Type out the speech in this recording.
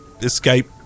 escape